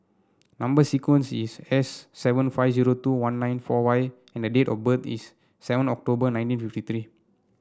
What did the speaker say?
number sequence is S seven five zero two one nine four Y and date of birth is seven October nineteen fifty three